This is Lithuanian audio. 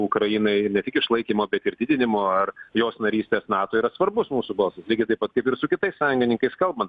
ukrainai ne tik išlaikymo ir didinimo ar jos narystės nato yra svarbus mūsų buvo balsas lygiai taip pat kaip ir su kitais sąjungininkais kalbant